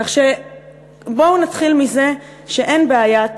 כך שבואו נתחיל מזה שאין בעיית